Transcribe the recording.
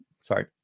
sorry